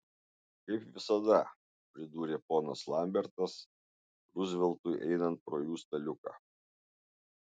kaip visada pridūrė ponas lambertas ruzveltui einant pro jų staliuką